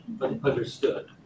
understood